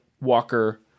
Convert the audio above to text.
walker